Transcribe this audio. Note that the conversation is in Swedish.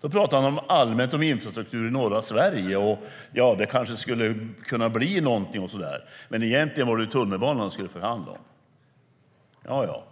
Då talade han allmänt om infrastruktur i norra Sverige, att det kanske skulle kunna bli någonting och så vidare. Men egentligen var det tunnelbana han skulle förhandla om.